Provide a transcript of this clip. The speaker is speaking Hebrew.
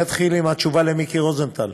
אני אתחיל עם התשובה למיקי רוזנטל.